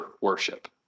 worship